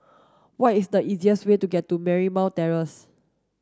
what is the easiest way to Marymount Terrace